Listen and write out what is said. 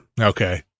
Okay